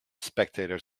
spectator